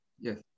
Yes